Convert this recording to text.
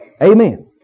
Amen